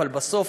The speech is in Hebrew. אבל בסוף